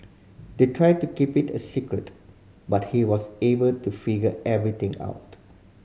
they tried to keep it a secret but he was able to figure everything out